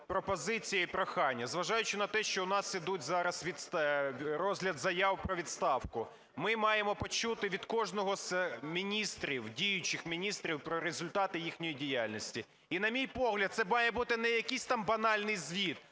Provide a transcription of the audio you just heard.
пропозиція і прохання. Зважаючи на те, що в нас йде зараз розгляд заяв про відставку, ми маємо почути від кожного з міністрів, діючих міністрів, про результати їхньої діяльності. І, на мій погляд, це має бути не якийсь там банальний звіт,